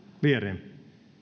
viereen